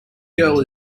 girl